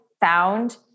found